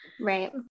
Right